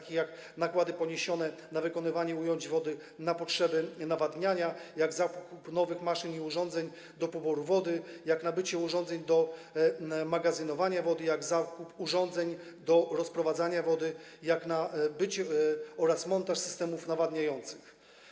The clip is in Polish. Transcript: Chodzi o nakłady poniesione na wykonywanie ujęć wody na potrzeby nawadniania, zakup nowych maszyn i urządzeń do poboru wody, nabycie urządzeń do magazynowania wody, zakup urządzeń do rozprowadzania wody oraz montaż systemów nawadniających.